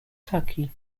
kentucky